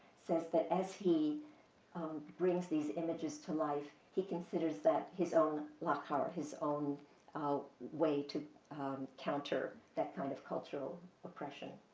says that as he brings these images to life, he considers that his own lahkar, his own way to counter that kind of cultural oppression,